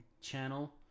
channel